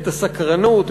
את הסקרנות,